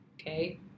okay